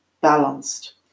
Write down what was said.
balanced